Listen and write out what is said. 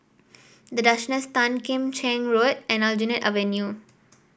The Duchess Tan Kim Cheng Road and Aljunied Avenue